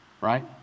right